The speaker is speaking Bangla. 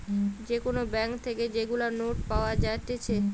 যে কোন ব্যাঙ্ক থেকে যেগুলা নোট পাওয়া যায়েটে